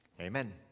Amen